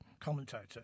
commentator